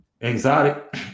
exotic